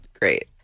Great